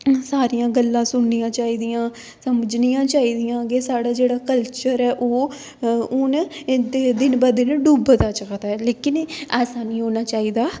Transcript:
सारियां गल्लां सुननियां चाहिदियां समझनियां चाहिदियां के साढ़ा जेह्ड़ा कल्चर ऐ ओह् हून एह् दिन ब दिन डुबदा जा दा ऐ लेकिन ऐसा निं होना चाहिदा